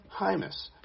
hymas